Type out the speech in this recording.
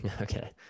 Okay